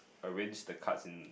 arrange the cards in